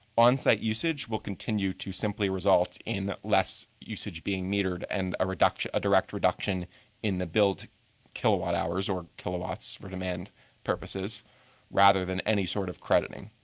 on site usage will continue to simply result in less usage being metered and a direct reduction in the bill to kilowatt hours or kill owe watts for demand purposes rather than any sort of crediting.